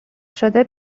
شده